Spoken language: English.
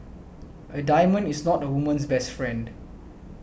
a diamond is not a woman's best friend